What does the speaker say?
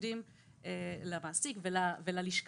העובדים למעסיק וללשכה.